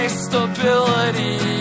stability